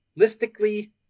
listically